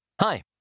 Hi